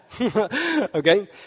Okay